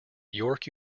york